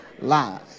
lies